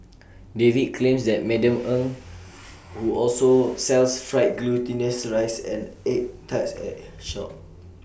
David claims that Madam Eng who also sells fried glutinous rice and egg tarts at her shop